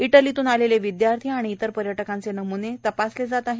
इटलीतून आलेले विदयार्थी आणि इतर पर्यटकांचे नम्ने तपासले जात आहेत